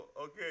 okay